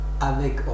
avec